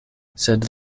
sed